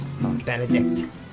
Benedict